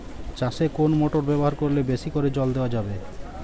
চাষে কোন মোটর ব্যবহার করলে বেশী করে জল দেওয়া যাবে?